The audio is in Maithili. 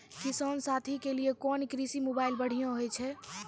किसान साथी के लिए कोन कृषि मोबाइल बढ़िया होय छै?